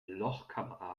lochkamera